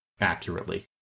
accurately